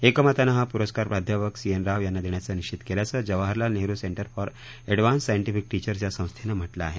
एकमतानं हा पुरस्कार प्राध्यापक सी एन राव यांना देण्याचं निश्वित केल्याचं Jawaharlal Nehru centre for advanced scientific teachers या संस्थेनं म्हटलं आहे